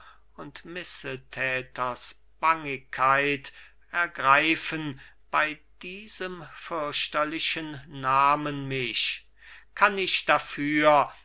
und missetäters bangigkeit ergreifen bei diesem fürchterlichen namen mich kann ich dafür